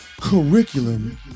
curriculum